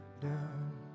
down